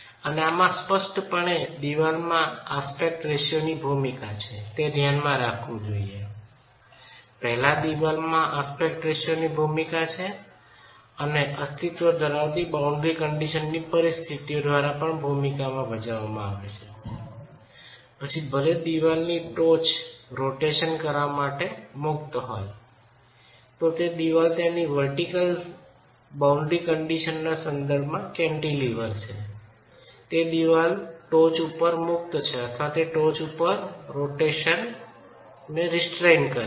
અને આમાં સ્પષ્ટપણે દિવાલમાં એક્સેપ્ટ રેશિયોની ભૂમિકા છે તે ધ્યાનમાં રાખવું જોઈએ પહેલા દિવાલમાં એક્સેપ્ટ રેશિયોની ભૂમિકા છે અને અસ્તિત્વ ધરાવતી બાઉન્ડ્રી કન્ડિશનની પરિસ્થિતિઓ દ્વારા પણ ભૂમિકા ભજવવામાં આવે છે અને પછી ભલે દિવાલ ની ટોચ પરિભ્રમણ કરવા માટે મુક્ત હોય તો દિવાલ તેની વર્ટિકલ સીમા પરિસ્થિતિઓના સંદર્ભમાં કેન્ટિલેવર્ડ છે દિવાલ ટોચ પર મુક્ત છે અથવા તે ટોચ પર ફરીથી પરિભ્રમણને રિસ્ટ્રૈન કરે છે